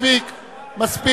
ההסתייגות של חבר הכנסת לוין לסעיף